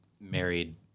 married